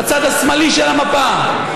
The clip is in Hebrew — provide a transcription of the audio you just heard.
בצד השמאלי של המפה,